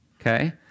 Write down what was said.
okay